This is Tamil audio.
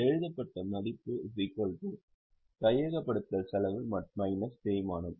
எழுதப்பட்ட மதிப்பு கையகப்படுத்தல் செலவு தேய்மானம்